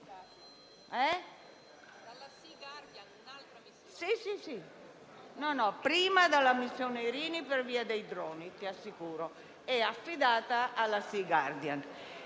prima dalla missione Irini, per via dei droni, ti assicuro. Poi, è affidata alla Sea Guardian.